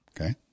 Okay